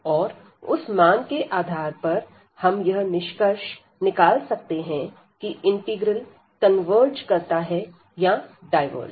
और उस मान के आधार पर हम यह निष्कर्ष निकाल सकते हैं कि इंटीग्रल कन्वर्ज करता है या डायवर्ज